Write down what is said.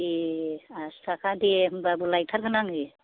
ए आसिथाखा दे होमबाबो लायथारगोन आङो